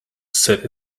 said